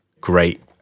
great